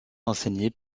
enseigner